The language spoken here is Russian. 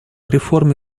реформе